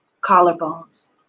Collarbones